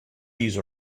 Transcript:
these